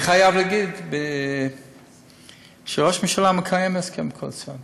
ואני חייב להגיד שראש הממשלה מקיים את ההסכם הקואליציוני,